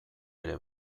ere